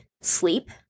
sleep